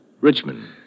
Richmond